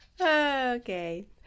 okay